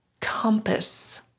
compass